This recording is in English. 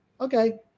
Okay